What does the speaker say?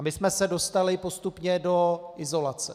My jsme se dostali postupně do izolace.